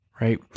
Right